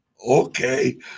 okay